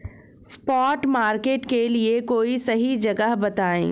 spot market के लिए कोई सही जगह बताएं